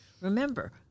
Remember